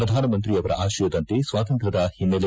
ಪ್ರಧಾನಮಂತ್ರಿಯವರ ಆಶಯದಂತೆ ಸ್ವಾತಂತ್ರ್ಯದ ಓನ್ನೆಲೆ